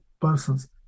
persons